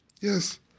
Yes